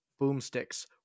boomsticks